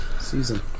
Season